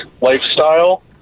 lifestyle